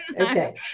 okay